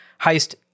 Heist